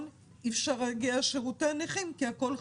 אבל אי אפשר להגיע לשירותי הנכים כי הכול חסום.